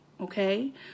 okay